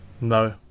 no